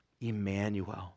Emmanuel